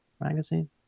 magazine